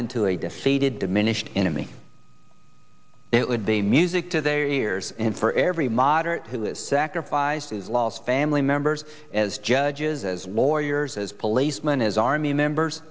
into a defeated diminished enemy it would be music to their ears and for every moderate who is sacrifices lost family members as judges as warriors as policeman his army members